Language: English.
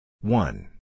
One